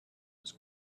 was